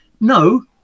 no